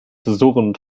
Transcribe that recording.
surrend